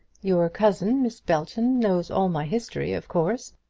your cousin, miss belton, knows all my history, of course.